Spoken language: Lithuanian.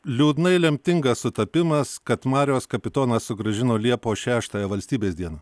liūdnai lemtingas sutapimas kad marios kapitoną sugrąžino liepos šeštąją valstybės dieną